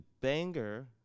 banger